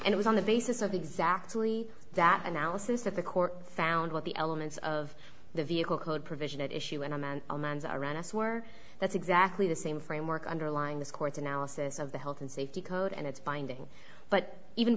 and it was on the basis of exactly that analysis that the court found with the elements of the vehicle code provision at issue and i meant amends around us were that's exactly the same framework underlying this court's analysis of the health and safety code and it's binding but even